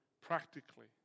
practically